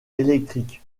électrique